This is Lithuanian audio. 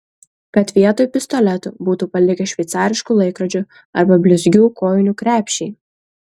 kad vietoj pistoletų būtų palikę šveicariškų laikrodžių arba blizgių kojinių krepšį